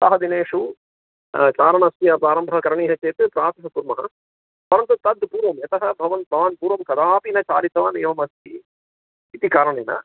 सप्ताह दिनेषु चारणस्य प्रारम्भः करणीयः चेत् प्रातः कुर्मः परन्तु तत् पूर्वं यतः भवान् भवान् पूर्वं कदापि न चालितवान् एवमस्ति इति कारणेन